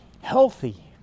healthy